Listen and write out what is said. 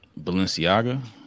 Balenciaga